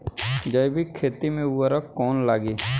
जैविक खेती मे उर्वरक कौन लागी?